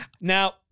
Now